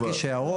להגיד הערות.